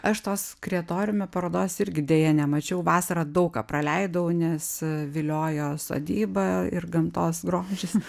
aš tos kreatoriume parodos irgi deja nemačiau vasarą daug ką praleidau nes viliojo sodyba ir gamtos grožis